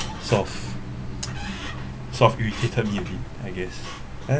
sort off sort off irritated me a bit I guess